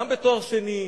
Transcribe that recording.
גם בתואר שני,